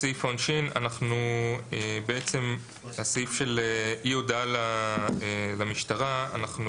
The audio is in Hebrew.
הוא הסעיף שמטיל את החובה להודיע למשטרה על אובדן